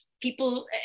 people